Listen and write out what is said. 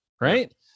Right